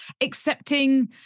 accepting